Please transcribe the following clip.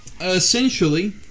Essentially